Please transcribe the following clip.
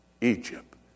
Egypt